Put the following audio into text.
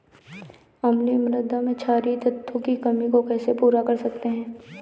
अम्लीय मृदा में क्षारीए तत्वों की कमी को कैसे पूरा कर सकते हैं?